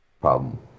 problem